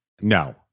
No